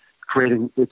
creating